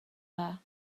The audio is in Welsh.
dda